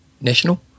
national